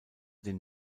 den